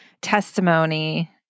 testimony